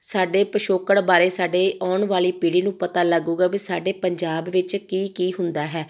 ਸਾਡੇ ਪਿਛੋਕੜ ਬਾਰੇ ਸਾਡੇ ਆਉਣ ਵਾਲੀ ਪੀੜ੍ਹੀ ਨੂੰ ਪਤਾ ਲੱਗੇਗਾ ਵੀ ਸਾਡੇ ਪੰਜਾਬ ਵਿੱਚ ਕੀ ਕੀ ਹੁੰਦਾ ਹੈ